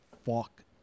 fuck